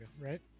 right